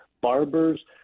barbers